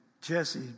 Jesse